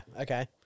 okay